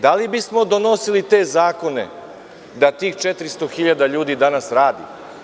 Da li bismo donosili te zakone da tih 400.000 ljudi danas radi?